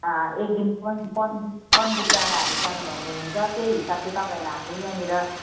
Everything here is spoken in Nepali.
एक दिन पन्बु पन्बु पन्बु डाँडाहरू जानुभयो भने हुन्छ त्यही हिसाबले तपाईँहरूलाई हामी यहाँनिर